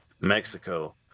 Mexico